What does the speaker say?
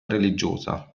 religiosa